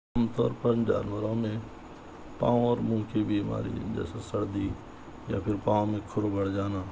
عام طور پر جانوروں میں پاؤں اور منھ کی بیماری جیسے سردی یا پھر پاؤں میں کھر بڑھ جانا